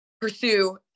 pursue